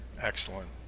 Excellent